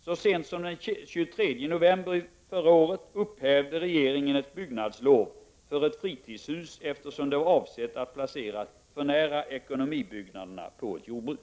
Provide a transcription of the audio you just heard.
Så sent som den 23 november i fjol upphävde regeringen ett byggnadslov för ett fritidshus, eftersom det var avsett att placeras för nära ekonomibyggnaderna på ett jordbruk.